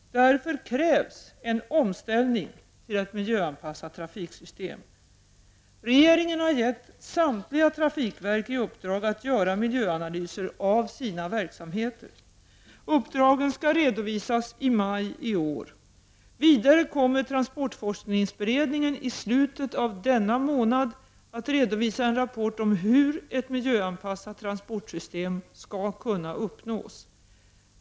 Därför krävs en omställning till ett miljöanpassat trafiksystem. Regeringen har gett samtliga trafikverk i uppdrag att göra miljöanalyser av sina verksamheter. Uppdragen skall redovisas i maj i år. Vidare kommer transportforskningsberedningen i slutet av denna månad att redovisa en rapport om hur ett miljöanpassat transportsystem skall kunna uppnås.